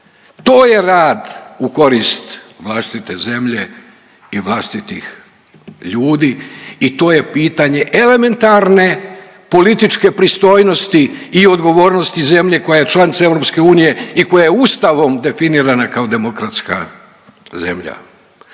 To je rad u korist vlastite zemlje i vlastitih ljudi i to je pitanje elementarne političke pristojnosti i odgovornosti zemlje koja je članica EU i koja je Ustavom definirana kao demokratska zemlja.